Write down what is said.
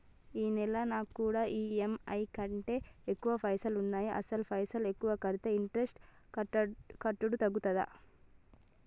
ఈ నెల నా కాడా ఈ.ఎమ్.ఐ కంటే ఎక్కువ పైసల్ ఉన్నాయి అసలు పైసల్ ఎక్కువ కడితే ఇంట్రెస్ట్ కట్టుడు తగ్గుతదా?